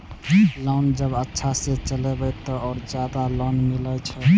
Loan जब अच्छा से चलेबे तो और ज्यादा लोन मिले छै?